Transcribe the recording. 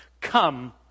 come